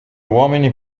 uomini